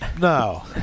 no